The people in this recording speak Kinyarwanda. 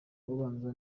ubanza